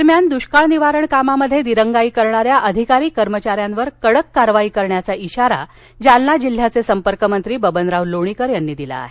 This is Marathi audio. दरम्यान दुष्काळ निवारण कामात दिरंगाई करणाऱ्या अधिकारी कर्मचाऱ्यांवर कडक कारवाई करण्याचा इशारा जालना जिल्ह्याचे संपर्क मंत्री बबनराव लोणीकर यांनी दिला आहे